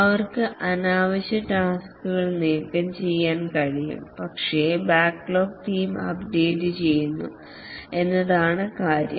അവർക്ക് അനാവശ്യ ടാസ്ക്കുകൾ നീക്കംചെയ്യാനും കഴിയും പക്ഷേ ബാക്ക്ലോഗ് ടീം അപ്ഡേറ്റുചെയ്യുന്നു എന്നതാണ് കാര്യം